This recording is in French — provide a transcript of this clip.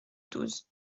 douze